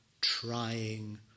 trying